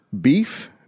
Beef